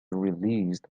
released